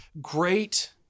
great